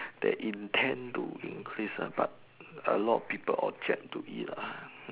they intent to increase ah but a lot of people object to it lah hmm